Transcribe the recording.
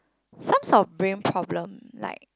some sort of brain problem like